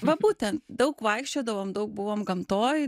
va būtent daug vaikščiodavom daug buvom gamtoj